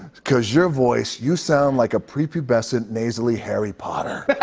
cause your voice, you sound like a prepubescent, nasally harry potter.